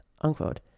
unquote